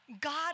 God